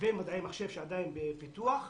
ומדעי המחשב שעדיין בפיתוח,